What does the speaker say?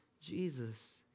Jesus